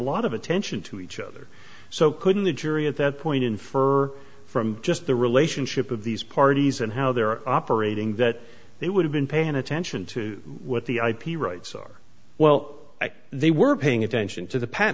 lot of attention to each other so couldn't the jury at that point infer from just the relationship of these parties and how they're operating that they would have been paying attention to what the ip rights are well they were paying attention to the p